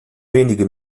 wenige